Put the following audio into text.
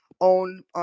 own